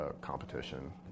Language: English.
competition